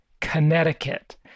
Connecticut